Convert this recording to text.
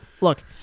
look